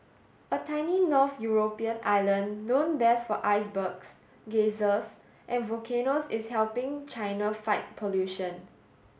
a tiny north European island known best for icebergs geysers and volcanoes is helping China fight pollution